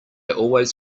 always